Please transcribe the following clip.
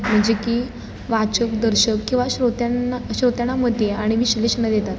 म्हणजे की वाचक दर्शक किंवा श्रोत्यांना श्रोत्यांनामध्ये आणि विश्लेषण देतात